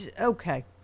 Okay